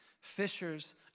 fishers